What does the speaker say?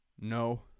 No